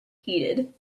heeded